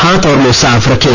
हाथ और मुंह साफ रखें